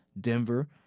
Denver